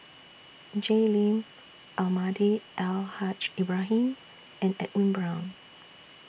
Jay Lim Almahdi Al Haj Ibrahim and Edwin Brown